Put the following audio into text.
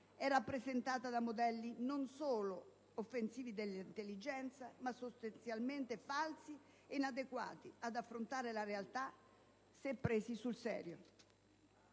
è rappresentata da modelli non solo offensivi dell'intelligenza, ma sostanzialmente falsi e inadeguati ad affrontare la realtà, se presi sul serio.